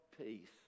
peace